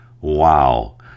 Wow